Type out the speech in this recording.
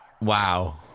Wow